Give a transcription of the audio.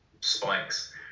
spikes